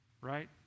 Right